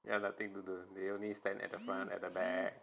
ya nothing to do they only stand at the front at the back